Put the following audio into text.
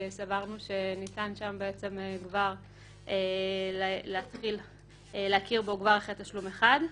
סברנו שניתן שם כבר להתחיל להכיר בו כבר אחרי תשלום אחד,